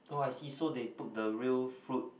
oh I see so they put the real fruit